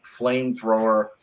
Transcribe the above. flamethrower